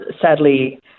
sadly